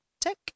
Tick